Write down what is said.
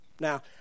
Now